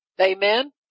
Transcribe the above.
amen